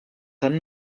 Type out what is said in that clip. tan